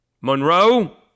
Monroe